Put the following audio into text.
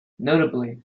notably